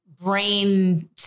brain